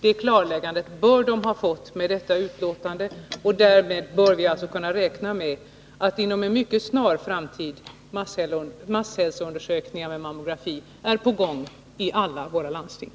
Det klarläggandet bör man ha fått med detta betänkande, och vi bör alltså kunna räkna med att masshälsoundersökningar med mammografi inom en mycket snar framtid kan införas i alla våra landsting.